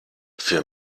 für